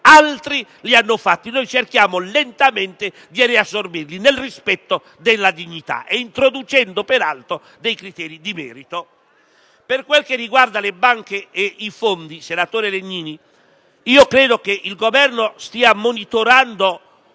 altri hanno reso precari. Noi cerchiamo lentamente di riassorbirli, nel rispetto della dignità, e introducendo peraltro dei criteri di merito. Per quel che riguarda le banche e i fondi, senatore Legnini, credo che il Governo stia monitorando